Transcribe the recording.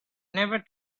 never